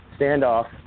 standoff